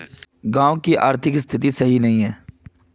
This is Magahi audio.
गाँव की आर्थिक स्थिति सही नहीं है?